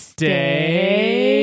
Stay